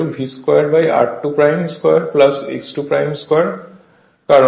কারণ start slip 1 হয়